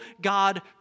God